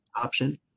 option